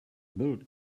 built